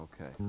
Okay